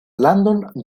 landon